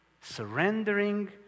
surrendering